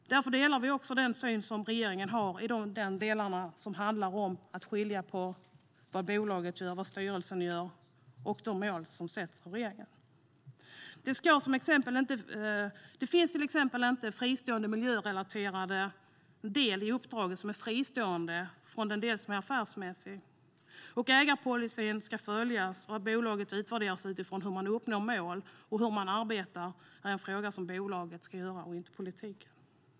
Därför delar vi den syn regeringen har i de delar som handlar om att skilja på vad bolaget gör, vad styrelsen gör och de mål som sätts av regeringen. Det finns till exempel inte en miljörelaterad del av uppdraget som är fristående från den del som är affärsmässig. Ägarpolicyn ska också följas, och bolaget ska utvärderas utifrån hur det uppnår sina mål. Hur bolaget arbetar är en fråga för bolaget och inte för politiken.